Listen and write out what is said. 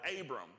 Abram